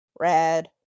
red